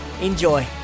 Enjoy